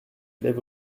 lève